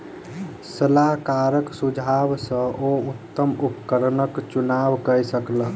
सलाहकारक सुझाव सॅ ओ उत्तम उपकरणक चुनाव कय सकला